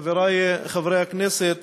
חברי חברי הכנסת,